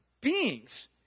beings